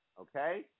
Okay